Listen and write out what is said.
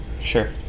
Sure